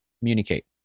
communicate